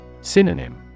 Synonym